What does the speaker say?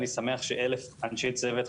אני שמח שאלף אנשי צוות,